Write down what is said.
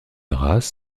bras